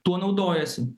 tuo naudojasi